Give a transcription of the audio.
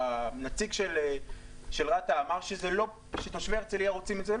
הנציג של רת"ע אמר שתושבי הרצליה רוצים את זה.